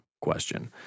question